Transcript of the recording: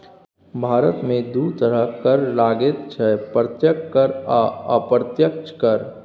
भारतमे दू तरहक कर लागैत छै प्रत्यक्ष कर आ अप्रत्यक्ष कर